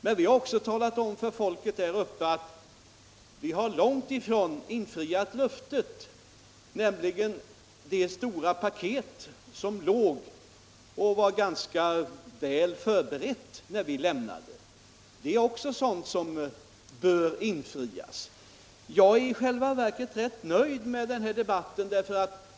Men vi har också talat om för folket där uppe att vi långt ifrån infriat löftet. Jag tänker då på det stora paket som var ganska väl förberett när vi lämnade regeringen. Det är också åtaganden som bör infrias. Jag är i själva verket nöjd med den här debatten.